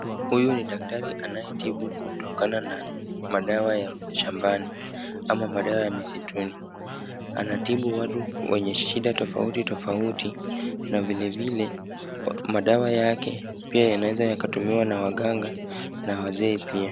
Huyu ni daktari anayetibu kutokana na madawa ya shambani ama madawa ya misituni. Anatibu watu wenye shida tofauti tofauti, na vilevile madawa yake pia yanaeza yakatumiwa na waganga, na wazee pia.